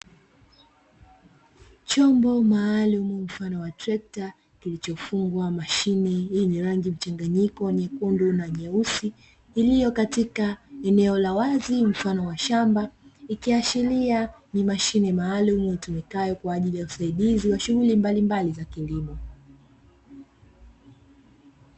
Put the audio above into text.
Chombo maalumu mfano wa trekta kilichofungwa mashine yenye rangi mchanganyiko nyekundu na nyeusi, iliyo katika eneo la wazi mfano wa shamba, ikiashiria ni mashine maalumu itumikayo kwa ajili ya usaidizi wa shughuli mbalimbali za kilimo.